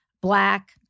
black